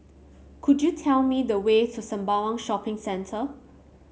could you tell me the way to Sembawang Shopping Centre